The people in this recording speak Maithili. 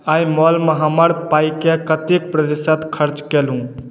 आइ मॉल मे हम हमर पाइकें कतेक प्रतिशत खर्च कएलहुॅं